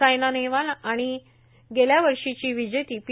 सायना नेहवाल आणि गेल्याच्या वर्षीची विजेती पी